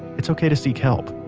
it's okay to seek help.